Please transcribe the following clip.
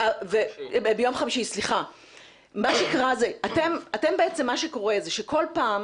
מה שקורה זה שכל פעם